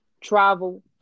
travel